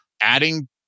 adding